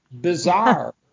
bizarre